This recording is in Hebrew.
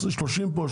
אז שלושים פה,